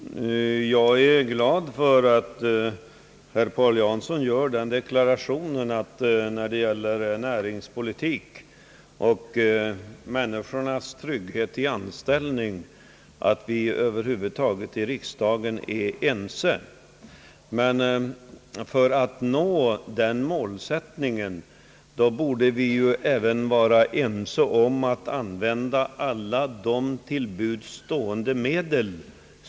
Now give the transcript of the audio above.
Herr talman! Jag är glad över att Paul Jansson gör den deklarationen, att vi i riksdagen är överens om att den näringspolitik som skall föras också skall trygga människors anställning. För att nå den målsättningen borde vi även vara överens om att använda alla till buds stående medel.